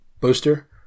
Booster